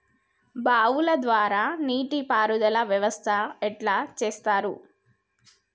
బావుల ద్వారా నీటి పారుదల వ్యవస్థ ఎట్లా చేత్తరు?